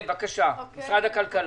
בבקשה, משרד הכלכלה.